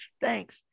Thanks